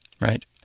Right